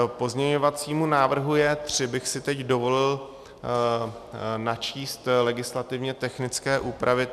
K pozměňovacímu návrhu J3 bych si teď dovolil načíst legislativně technické úpravy.